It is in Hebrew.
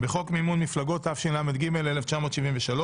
בחוק מימון מפלגות, התשל"ג 1973,